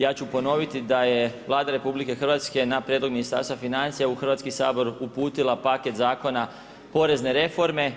Ja ću ponoviti da je Vlada RH, na prijedlog Ministarstva financija u Hrvatski sabor uputila paket zakona porezne reforme.